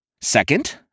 Second